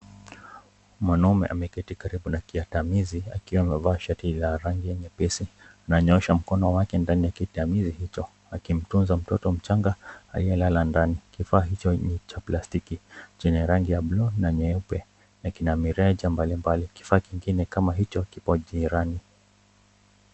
Mwanaume ameketi karibu na kiagamizi akiwa amevaa shati la rangi nyeusi, ananyoosha mkono yake ndani ya kiangamizi hicho, akimtunza mtoto mchanga aliyelala ndani, kifaa hicho ni cha plastiki, chenye rangi ya buluu na nyeupe, na kina mirija mbalimbali, kifaa kingine kama hicho kipo kingoni.